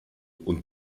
und